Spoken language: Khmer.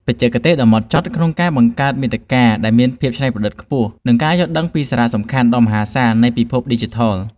បច្ចេកទេសដ៏ម៉ត់ចត់ក្នុងការបង្កើតមាតិកាដែលមានភាពច្នៃប្រឌិតខ្ពស់ និងការយល់ដឹងពីសារៈសំខាន់ដ៏មហាសាលនៃពិភពឌីជីថល។